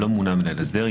לא מונה מנהל הסדר,